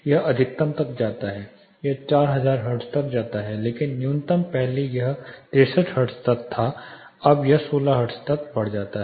यह अधिकतम तक जाता है यह 4000 हर्ट्ज तक जाता है लेकिन न्यूनतम पहले यह 63 हर्ट्ज तक था अब यह 16 हर्ट्ज तक बढ़ जाता है